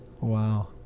wow